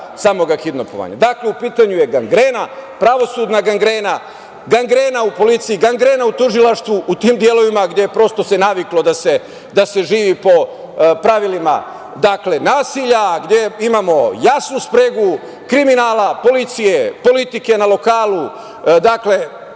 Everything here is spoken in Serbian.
samog kidnapovanja. Dakle, u pitanju je gangrena, pravosudna gangrena, gangrena u policiji, gangrena u tužilaštvu, u tim delovima gde se naviklo da se živi po pravilima nasilja, gde imamo jasnu spregu kriminala, policije, politike na lokalu,